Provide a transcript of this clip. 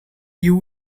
you